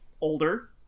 older